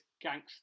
gangster